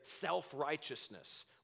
self-righteousness